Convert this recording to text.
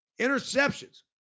Interceptions